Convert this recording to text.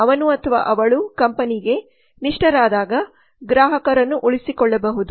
ಅವನು ಅಥವಾ ಅವಳು ಕಂಪನಿಗೆ ನಿಷ್ಠರಾದಾಗ ಗ್ರಾಹಕರನ್ನು ಉಳಿಸಿಕೊಳ್ಳಬಹುದು